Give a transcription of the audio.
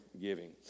giving